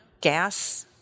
gas